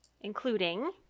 Including